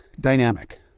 dynamic